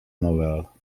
novel